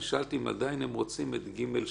אני שאלתי אם עדיין הם רוצים את (ג)(3),